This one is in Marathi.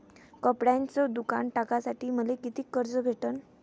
कपड्याचं दुकान टाकासाठी मले कितीक कर्ज भेटन?